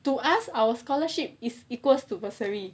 to us our scholarship is equals to bursary